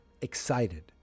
excited